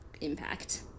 impact